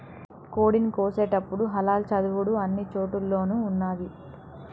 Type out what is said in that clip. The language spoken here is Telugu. కోడిని కోసేటపుడు హలాల్ చదువుడు అన్ని చోటుల్లోనూ ఉన్నాది